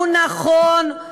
הוא נכון,